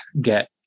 get